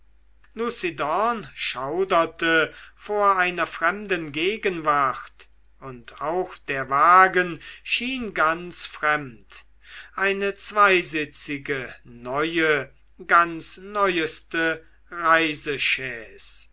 schauderte vor einer fremden gegenwart und auch der wagen schien ganz fremd eine zweisitzige neue ganz neuste